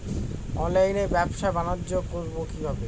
অনলাইনে ব্যবসা বানিজ্য করব কিভাবে?